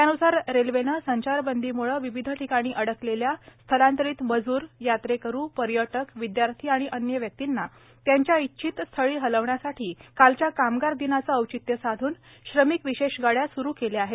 त्यानुसार रेल्वेने संचारबंदी विविध ठिकाणी अडकलेल्या स्थलांतरित मजूर यात्रेकरू पर्यटक विदयार्थी आणि अन्य व्यक्तींना त्यांच्या इच्छित स्थळी हलवण्यासाठी कालच्या कामगार दिनाचे औचित्य साधून श्रमिक विशेष गाड्या स्रु केल्या आहेत